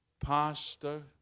Pastor